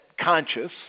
conscious